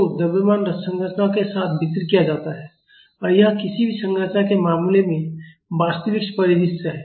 तो द्रव्यमान संरचना के साथ वितरित किया जाता है और यह किसी भी संरचना के मामले में वास्तविक परिदृश्य है